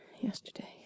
yesterday